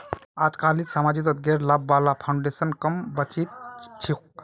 अजकालित समाजत गैर लाभा वाला फाउन्डेशन क म बचिल छोक